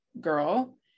girl